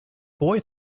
boy